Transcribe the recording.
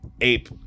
ape